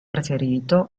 preferito